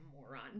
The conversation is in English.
moron